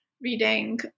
reading